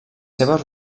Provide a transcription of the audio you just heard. seves